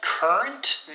Current